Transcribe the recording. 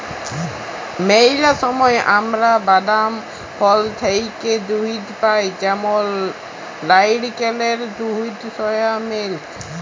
ম্যালা সময় আমরা বাদাম, ফল থ্যাইকে দুহুদ পাই যেমল লাইড়কেলের দুহুদ, সয়া মিল্ক